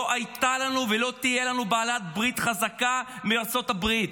לא הייתה לנו ולא תהיה לנו בעלת ברית חזקה מארצות הברית.